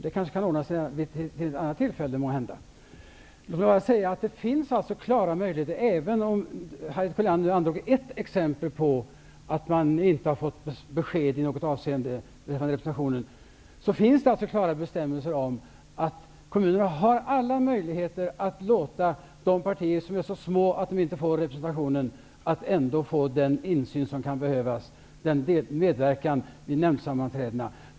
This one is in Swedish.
Det kanske kan ordna sig vid något annat tillfälle. Harriet Colliander angav ett exempel på där man inte har fått besked i något avseende om representationen. Men det finns klara bestämmelser om att kommunerna har alla möjligheter att låta de partier som är så små att det inte får representationen ändå få insyn och medverka vid nämndsammanträdena.